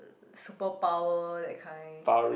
superpower that kind